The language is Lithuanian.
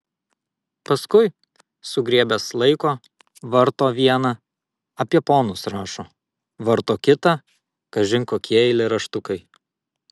paskui sugriebęs laiko varto vieną apie ponus rašo varto kitą kažin kokie eilėraštukai